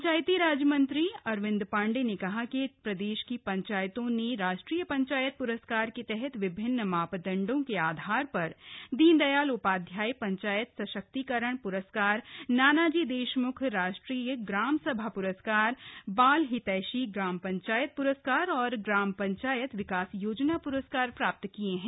पंचायतीराज मंत्री अरविन्द पाण्डेय ने कहा कि प्रदेश की पंचायतों ने राष्ट्रीय पंचायत प्रस्कार के तहत विभिन्न मापदण्डों के आधार पर दीन दयाल उपाध्याय पंचायत सशक्तीकरण पुरस्कार नानाजी देशमुख राष्ट्रीय ग्राम सभा प्रस्कार बाल हितैषी ग्राम पंचायत पुरस्कार और ग्राम पंचायत विकास योजना प्रस्कार प्राप्त किये हैं